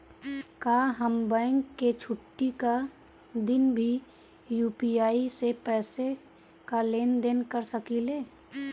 का हम बैंक के छुट्टी का दिन भी यू.पी.आई से पैसे का लेनदेन कर सकीले?